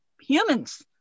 humans